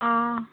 অঁ